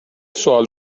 سوال